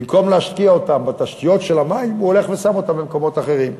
במקום להשקיע אותם בתשתיות של המים הוא הולך ושם אותם במקומות אחרים.